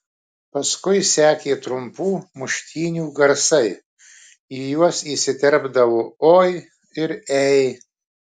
paskui sekė trumpų muštynių garsai į juos įsiterpdavo oi ir ei